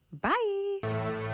Bye